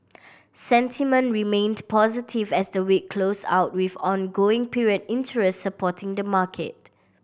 sentiment remained positive as the week closed out with ongoing period interest supporting the market